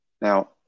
Now